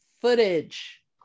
footage